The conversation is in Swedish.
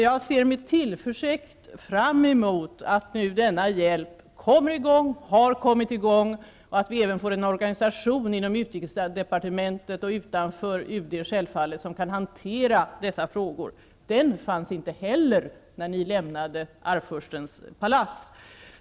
Jag ser med tillförsikt fram emot att denna hjälp kommer i gång -- den har kommit i gång -- och att vi även får en organisation inom utrikesdepartementet och utanför UD självfallet som kan hantera dessa frågor. Den fanns inte heller när ni lämnade Arvfurstens palats.